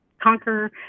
conquer